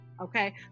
Okay